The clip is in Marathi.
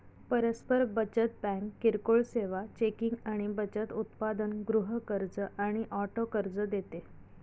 परस्पर बचत बँक किरकोळ सेवा, चेकिंग आणि बचत उत्पादन, गृह कर्ज आणि ऑटो कर्ज देते